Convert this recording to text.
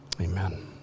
Amen